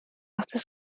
after